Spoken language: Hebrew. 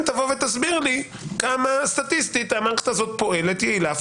תסביר לי כמה סטטיסטית המערכת הזו יעילה,